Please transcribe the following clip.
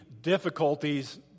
difficulties